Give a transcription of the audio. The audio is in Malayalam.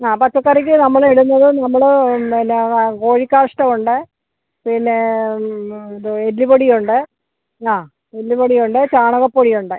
ആ പച്ചക്കറിക്ക് നമ്മൾ ഇടുന്നത് നമ്മൾ എന്നാൽ കോഴി കാഷ്ടമുണ്ട് പിന്നെ ഇത് എല്ലുപൊടി ഉണ്ട് ആ എല്ലുപൊടി ഉണ്ട് ചാണകപ്പൊടി ഉണ്ട്